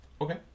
Okay